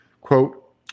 quote